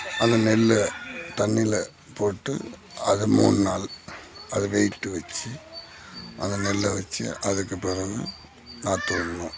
அந்த நெல்லை தண்ணியில் போட்டு அதை மூணு நாள் அத வெய்ட்டு வெச்சு அந்த நெல்லை வெச்சு அதுக்குப் பெறகு நாற்று விட்ணும்